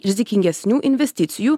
rizikingesnių investicijų